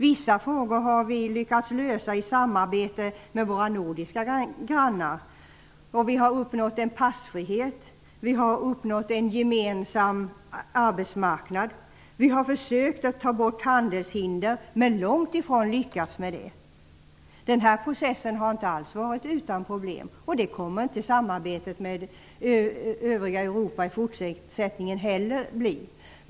Vissa frågor har vi lyckats lösa i samarbete med våra nordiska grannar. Vi har uppnått en passfrihet. Vi har uppnått en gemensam arbetsmarknad. Vi har försökt att ta bort handelshinder, men långtifrån lyckats med det. Den här processen har inte alls varit utan problem, och det kommer inte samarbetet med övriga Europa att bli i fortsättningen heller.